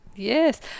Yes